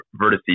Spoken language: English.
vertices